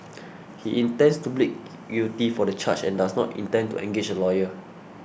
he intends to plead guilty for the charge and does not intend to engage a lawyer